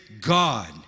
God